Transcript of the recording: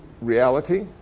reality